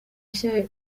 nshya